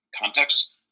context